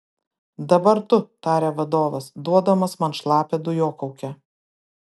dabar tu tarė vadovas duodamas man šlapią dujokaukę